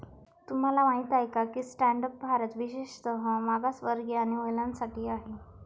तुम्हाला माहित आहे का की स्टँड अप भारत विशेषतः मागासवर्गीय आणि महिलांसाठी आहे